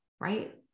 right